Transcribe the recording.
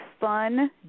fun